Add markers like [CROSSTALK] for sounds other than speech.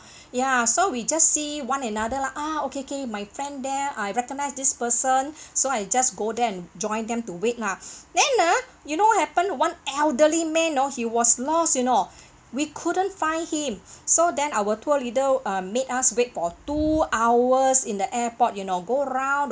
[BREATH] ya so we just see one another lah ah okay okay my friend there I recognise this person so I just go there and join them to wait lah then ah you know what happen one elderly man know he was lost you know we couldn't find him so then our tour leader uh made us wait for two hours in the airport you know go around